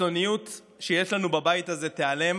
הקיצוניות שיש לנו בבית הזה תיעלם